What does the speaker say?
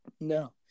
No